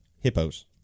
Hippos